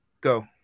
go